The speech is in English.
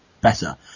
better